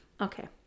okay